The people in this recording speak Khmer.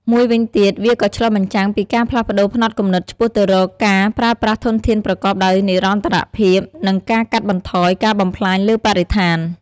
មួយវិញទៀត វាក៏ឆ្លុះបញ្ចាំងពីការផ្លាស់ប្តូរផ្នត់គំនិតឆ្ពោះទៅរកការប្រើប្រាស់ធនធានប្រកបដោយនិរន្តរភាព និងការកាត់បន្ថយការបំផ្លាញលើបរិស្ថាន។